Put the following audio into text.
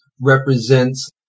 represents